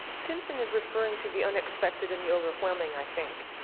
simpson is referring to the unexpected and the overwhelming i think.